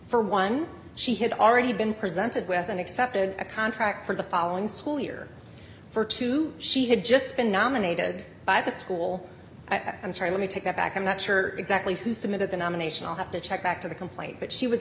for one she had already been presented with an accepted a contract for the following school year for two she had just been nominated by the school i'm sorry let me take that back i'm not sure who submitted the nomination i'll have to check back to the complaint but she was